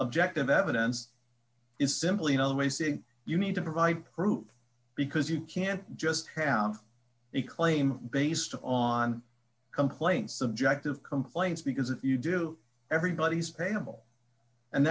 objective evidence is simply no way saying you need to provide proof because you can't just have a claim based on complaints subjective complaints because if you do everybody's payable and